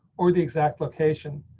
or the exact location.